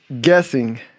guessing